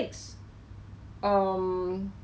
so 他自己是自己学 baking